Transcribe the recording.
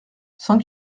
sans